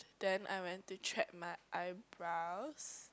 then I went to thread my eyebrows